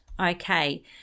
Okay